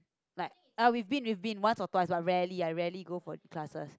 like we've been we've been once or twice but rarely I rarely go for classes